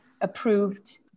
approved